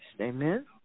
Amen